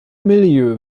milieu